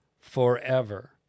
forever